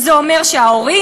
זה אומר שההורים,